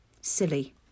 Silly